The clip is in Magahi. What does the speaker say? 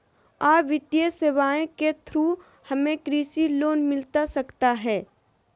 आ वित्तीय सेवाएं के थ्रू हमें कृषि लोन मिलता सकता है?